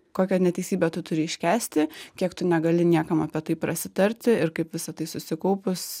kokią neteisybę tu turi iškęsti kiek tu negali niekam apie tai prasitarti ir kaip visa tai susikaupus